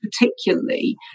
particularly